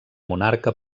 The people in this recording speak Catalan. monarca